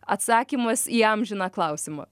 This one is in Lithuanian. atsakymas į amžiną klausimą